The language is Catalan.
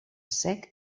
sec